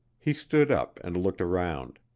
he stood up and looked around.